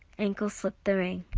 ankle slip the ring,